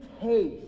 taste